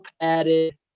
padded